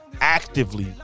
actively